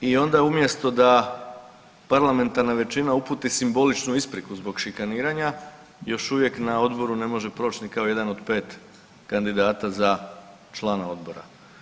I onda umjesto da parlamentarna većina uputi simboličnu ispriku zbog šikaniranja još uvijek na Odboru ne može proći ni kao jedan od pet kandidata za člana Odboru.